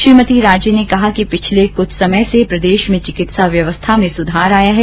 श्रीमती राजे ने कहा कि पिछले कुछ समय से प्रदेश में चिकित्सा व्यवस्था में सुधार आया है